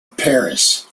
paris